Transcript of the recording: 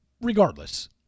Regardless